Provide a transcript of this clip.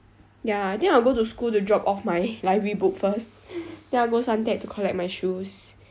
ya I think I will go to school to drop off my library book first then I will go suntec to collect my shoes